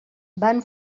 van